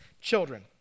children